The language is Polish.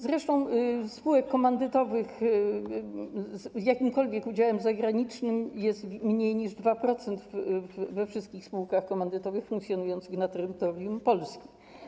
Zresztą spółek komandytowych z jakimkolwiek udziałem zagranicznym jest mniej niż 2% wszystkich spółek komandytowych funkcjonujących na terytorium Polski.